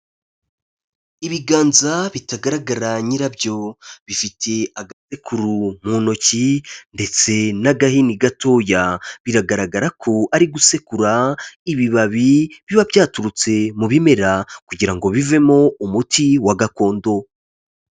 Ibiganza bitagaragara nyirabyo, bifite agasekuru mu ntoki ndetse n'agahini gatoya, biragaragara ko ari gusekura ibibabi biba byaturutse mu bimera kugira ngo bivemo umuti wa gakondo.